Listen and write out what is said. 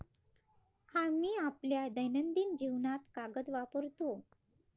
आम्ही आपल्या दैनंदिन जीवनात कागद वापरतो